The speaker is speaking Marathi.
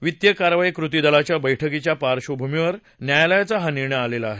वित्तीय कारवाई कृतीदलाच्या बर्स्कीच्या पार्श्वभूमीवर न्यायालयाचा हा निर्णय आलेला आहे